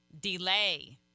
delay